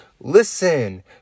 Listen